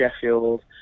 Sheffield